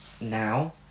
now